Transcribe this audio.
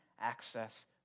access